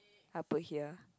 I put here